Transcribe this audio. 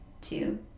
two